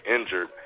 injured